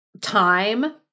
time